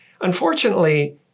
Unfortunately